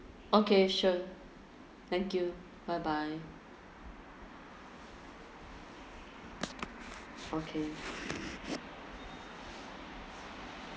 okay sure thank you bye bye okay